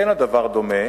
אין הדבר דומה